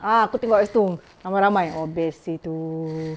ah itu tengok kat situ ramai-ramai oh best itu